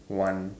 one